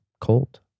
Cold